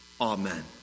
Amen